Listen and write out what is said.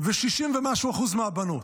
ו-60% ומשהו מהבנות.